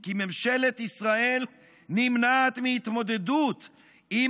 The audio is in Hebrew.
כי ממשלת ישראל נמנעת מהתמודדות עם